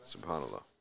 subhanallah